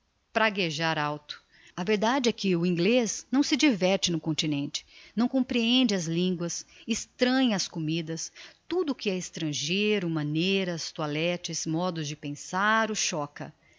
praguejar alto a verdade é que o inglez não se diverte no continente não comprehende as linguas estranha as comidas tudo o que é estrangeiro maneiras toilettes modos de pensar o choca